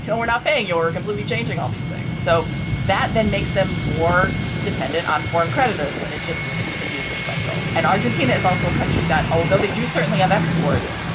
you know we're not paying your completely changing all these things. so that then makes them more dependent on foreign creditors. and it just continues this cycle. and argentina is also a country that although they do certainly have exports,